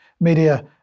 media